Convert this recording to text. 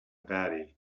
batty